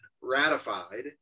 ratified